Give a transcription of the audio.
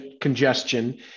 congestion